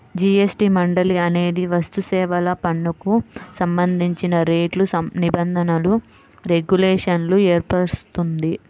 GST మండలి అనేది వస్తుసేవల పన్నుకు సంబంధించిన రేట్లు, నిబంధనలు, రెగ్యులేషన్లను ఏర్పరుస్తుంది